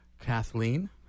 Kathleen